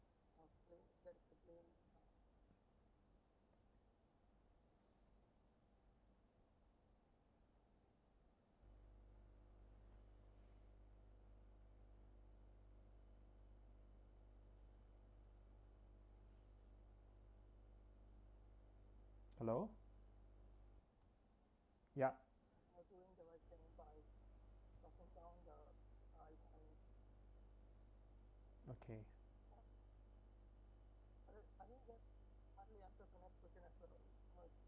hello ya okay